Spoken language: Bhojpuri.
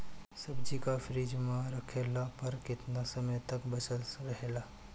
सब्जी के फिज में रखला पर केतना समय तक बचल रहेला?